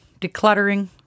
Decluttering